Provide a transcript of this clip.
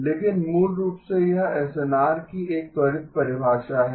लेकिन मूल रूप से यह एसएनआर की एक त्वरित परिभाषा है